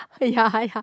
ya ya